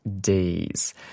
days